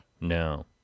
No